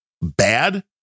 bad